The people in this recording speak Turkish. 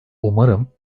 umarım